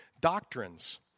doctrines